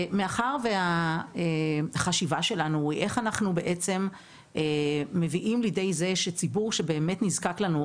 מאחר והחשיבה שלנו היא איך אנחנו מביאים לידי זה שציבור שבאמת נזקק לנו,